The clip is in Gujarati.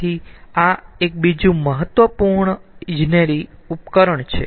તેથી આ એક બીજુ મહત્વપુર્ણ ઈજનેરી ઉપકરણ છે